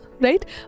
right